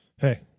Hey